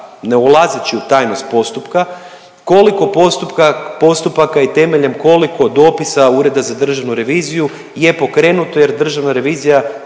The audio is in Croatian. ne ulazeći u tajnost postupka, koliko postupaka i temeljem koliko dopisa Ureda za državnu reviziju je pokrenuto, jer državna revizija